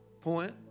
point